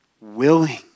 willing